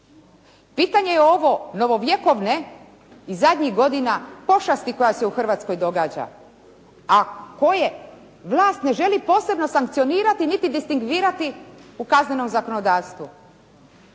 Pitanje je ovo novovjekovne i zadnjih godina pošasti koja se u Hrvatskoj događa, a koje vlast ne želi posebno sankcionirati, niti distingvirati u kaznenom zakonodavstvu.